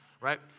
right